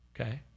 okay